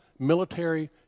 military